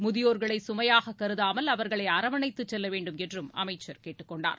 முதியோர்களை சுமையாக கருதாமல் அவர்களை அரவணைத்து செல்லவேண்டும் என்றும் அமைச்சர் கேட்டுக்கொண்டார்